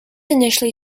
initially